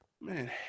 Man